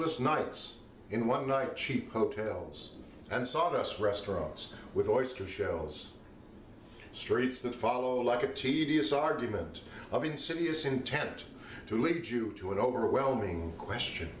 restless nights in one night cheap hotels and sawdust restaurants with oyster shells streets that follow like a tedious argument of insidious intent to lead you to an overwhelming question